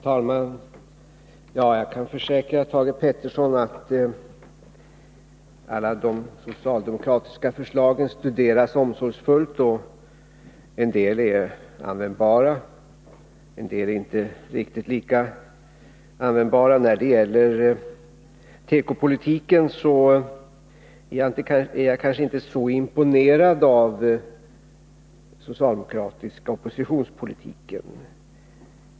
Herr talman! Jag kan försäkra Thage Peterson att alla de socialdemokratiska förslagen studeras omsorgsfullt. En del är användbara, en del är inte riktigt lika användbara. När det gäller tekopolitiken är jag kanske inte så 35 imponerad av den socialdemokratiska oppositionspolitiken.